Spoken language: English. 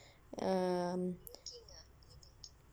um